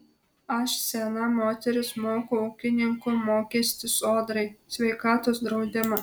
aš sena moteris moku ūkininko mokestį sodrai sveikatos draudimą